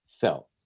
felt